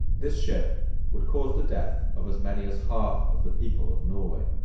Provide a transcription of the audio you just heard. this ship would cause the death of as many as half of the people of norway.